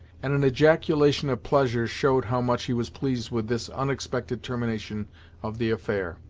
and an ejaculation of pleasure showed how much he was pleased with this unexpected termination of the affair.